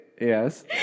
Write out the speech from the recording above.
Yes